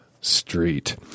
street